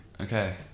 Okay